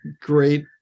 great